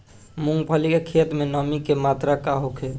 मूँगफली के खेत में नमी के मात्रा का होखे?